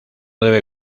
debe